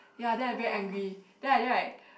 ya then I very angry then I then I